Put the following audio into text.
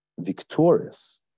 Victorious